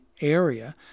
area